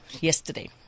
yesterday